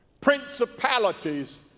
principalities